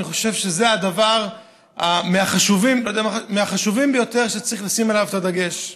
אני חושב שזה הדבר מהחשובים ביותר שצריך לשים עליו את הדגש.